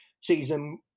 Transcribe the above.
season